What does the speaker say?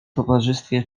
towarzystwie